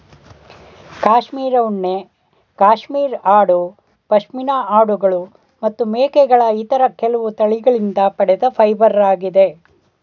cashmere ಉಣ್ಣೆ cashmere ಆಡು ಪಶ್ಮಿನಾ ಆಡುಗಳು ಮತ್ತು ಮೇಕೆಗಳ ಇತರ ಕೆಲವು ತಳಿಗಳಿಂದ ಪಡೆದ ಫೈಬರಾಗಿದೆ